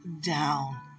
down